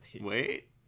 Wait